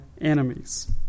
enemies